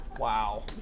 Wow